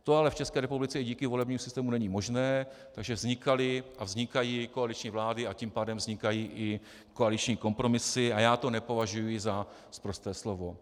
To ale v České republice díky volebnímu systému není možné, takže vznikaly a vznikají koaliční vlády a tím pádem vznikají i koaliční kompromisy a já to nepovažuji za sprosté slovo.